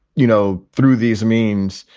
you know, through these means,